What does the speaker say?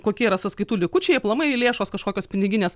kokie yra sąskaitų likučiai aplamai lėšos kažkokios piniginės